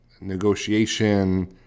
negotiation